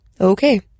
Okay